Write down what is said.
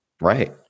Right